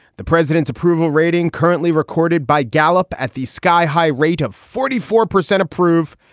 the president's approval rating currently recorded by gallup at the sky high rate of forty four percent approve,